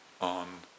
on